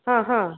ಹಾಂ ಹಾಂ